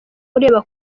ureba